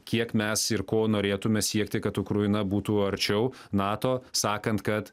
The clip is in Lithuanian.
kiek mes ir ko norėtume siekti kad ukraina būtų arčiau nato sakant kad